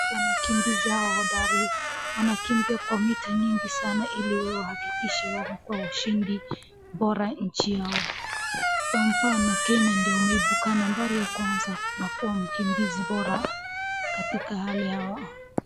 Wanakimbizi hawa hodari wanakimbia kwa mita nyingi sana ili wahakikishe wamekuwa washidi bora nchi yao. Kwa mfano Kenya ndio imehibuka nabari ya kwanza na kuwa mkimbizi bora katika hali yao.